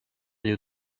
you